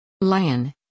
Lion